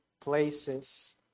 places